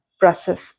process